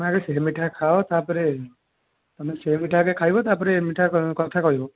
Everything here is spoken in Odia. ତମେ ଆଗ ସେ ମିଠା ଖାଓ ତାପରେ ତମେ ସେ ମିଠା ଆଗେ ଖାଇବ ତାପରେ ଏ ମିଠା କଥା କହିବ